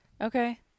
Okay